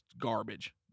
garbage